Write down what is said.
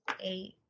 eight